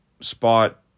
spot